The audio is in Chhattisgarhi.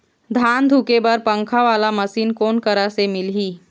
धान धुके बर पंखा वाला मशीन कोन करा से मिलही?